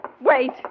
Wait